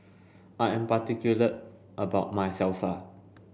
I am particular about my Salsa